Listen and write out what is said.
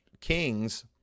kings